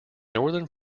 northern